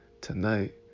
tonight